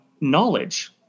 knowledge